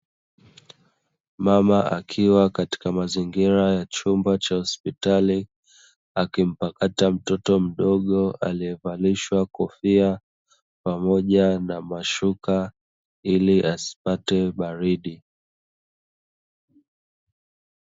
Mama akiwa katika mazingira ya chumba cha hospitali, akimpakata mtoto mdogo aliyevalishwa kofia pamoja na mashuka ili asipate baridi.